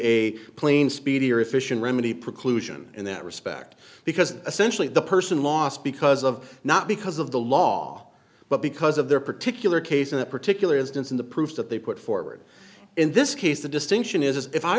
clean speedy or efficient remedy preclusion in that respect because essentially the person lost because of not because of the law but because of their particular case in a particular instance in the proof that they put forward in this case the distinction is as if i